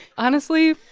honestly,